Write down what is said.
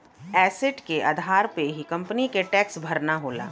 asset के आधार पे ही कंपनी के टैक्स भरना होला